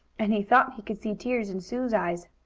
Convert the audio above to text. and he thought he could see tears in sue's eyes.